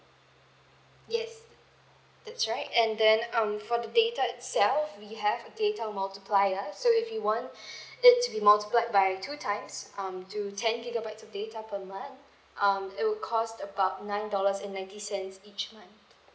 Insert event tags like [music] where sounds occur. yes that's right and then um for the data itself we have data multiplier so if you want [breath] it to be multiplied by two times um to ten gigabytes of data per month um it will cost about nine dollars and ninety cents each month